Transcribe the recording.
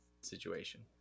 situation